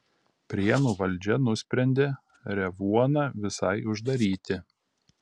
prienų valdžia nusprendė revuoną visai uždaryti